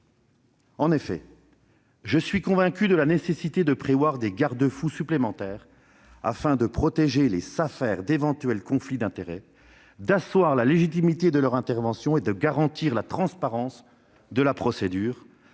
En effet, je suis convaincu de la nécessité de prévoir des garde-fous supplémentaires afin de protéger les Safer d'éventuels conflits d'intérêts, d'asseoir la légitimité de leur intervention et de garantir la transparence de la procédure,